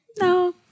No